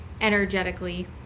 energetically